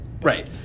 Right